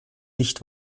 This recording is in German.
licht